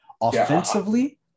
offensively